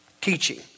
teaching